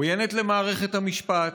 עוינת למערכת המשפט,